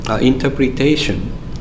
interpretation